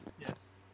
Yes